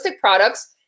products